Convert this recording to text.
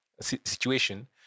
situation